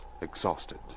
exhausted